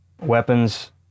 weapons